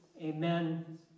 Amen